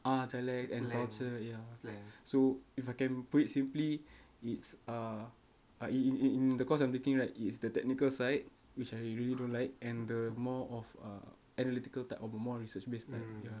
ah dialect and culture ya so if I can put it simply it's uh i~ i~ i~ in the course I'm taking right is the technical side which I really don't like and the more of err analytical type of a more research based type ya